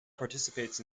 participates